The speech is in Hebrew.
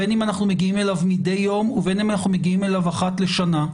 בין אם אנחנו מגיעים אליו מדי יום ובין אם אנחנו מגיעים אליו אחת לשנה.